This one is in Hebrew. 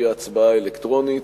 שהיא ההצבעה האלקטרונית.